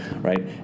right